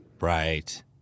Right